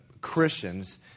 Christians